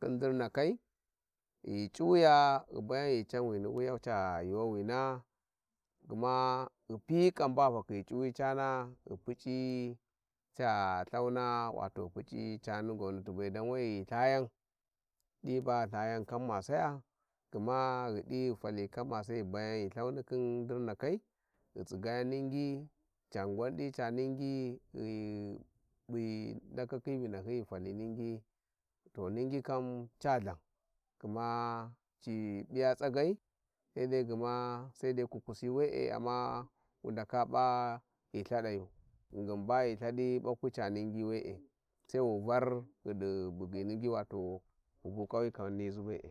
Khin ndinakai ghi ghu Cawiya ghi bayan ghi canwina waya ca yuu waining gma ghi piyi kam baghi a Ithaura cana ghi pudi ghi puci the qwamisti bet don ni ni qua Gni ayan di ba ghi thay ghi ghy Ithaiyan Thi di ghi fali Kammasaya gms ghi kammasaya ghi bayan ghi khim ndirnskai, ghi tsigayan Ningi can gwan qwan di Ca lòng, ghi guy pyi to ndakakni vinshy, ghi sina Ningi to Ca p`a tsaga dai gma, sai kukusi we'e amma wu ndaka a p`a ghi thadayu guingin ghi Ithadi bakwi ca Ningi, we`e sai wu var ghidi bugyi Ningi wato wu ba kanyuka wini nizi be`e.